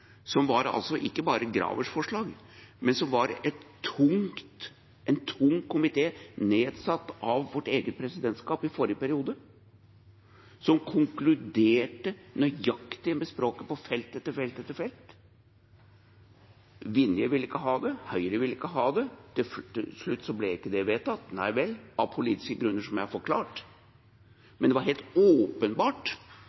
men som var støttet av en tung komité, nedsatt av vårt eget presidentskap i forrige periode, som konkluderte nøyaktig med språket på felt etter felt etter felt. Vinje ville ikke ha det, og Høyre ville ikke ha det. Til slutt ble det ikke vedtatt – nei vel – av politiske grunner som jeg har forklart,